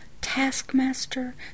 taskmaster